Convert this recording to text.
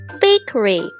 Bakery